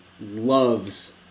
loves